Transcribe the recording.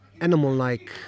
animal-like